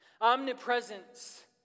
Omnipresence